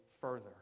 further